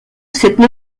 cette